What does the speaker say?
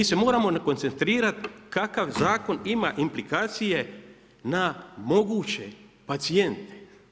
Mi se moramo koncentrirati kakav zakon ima implikacije na moguće pacijente.